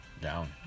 Down